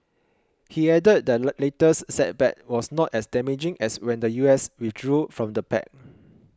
he added the latest setback was not as damaging as when the US withdrew from the pact